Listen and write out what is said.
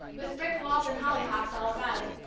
with brick walls and hollyhocks all about it,